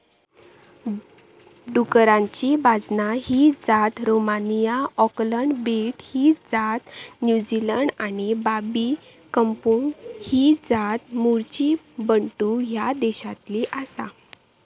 डुकराची बाजना ही जात रोमानिया, ऑकलंड बेट ही जात न्युझीलंड आणि बाबी कंपुंग ही जात मूळची बंटू ह्या देशातली आसा